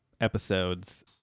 episodes